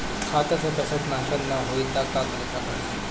खाता से पैसा ट्रासर्फर न होई त का करे के पड़ी?